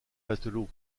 matelots